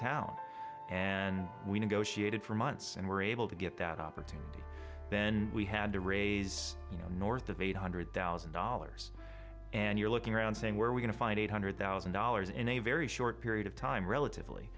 town and we negotiated for months and were able to get that opportunity then we had to raise you know north of eight hundred thousand dollars and you're looking around saying we're going to find eight hundred thousand dollars in a very short period of time relatively